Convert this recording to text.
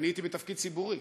ואני הייתי בתפקיד ציבורי,